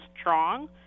strong